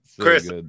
chris